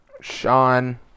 Sean